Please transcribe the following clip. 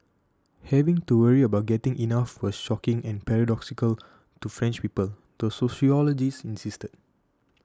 having to worry about getting enough was shocking and paradoxical to French people the sociologist insisted